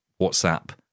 WhatsApp